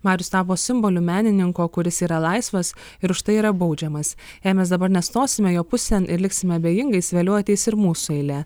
marius tapo simboliu menininko kuris yra laisvas ir štai yra baudžiamas jei mes dabar nestosime jo pusėn ir liksime abejingais vėliau ateis ir mūsų eilė